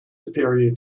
superior